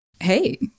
hey